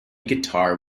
guitar